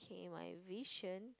and my vision